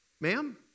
ma'am